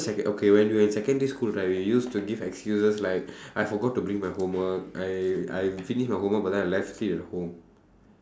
okay when we were in secondary school right we used to give excuses like I forgot to bring my homework I I finished my homework but then I left it at home